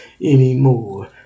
anymore